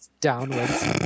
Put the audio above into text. downwards